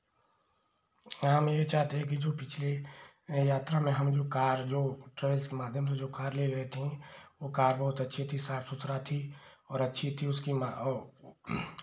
हम यही चाहते हैं कि जो पिछले यात्रा में हमलोग कार जो ट्रेभल्स के माध्यम से जो कार ले गए थे वो कार बहुत अच्छी थी साफ सुथरा थी और अच्छी थी उसकी मा